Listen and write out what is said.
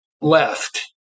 left